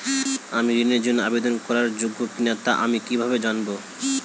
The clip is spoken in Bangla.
আমি ঋণের জন্য আবেদন করার যোগ্য কিনা তা আমি কীভাবে জানব?